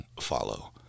follow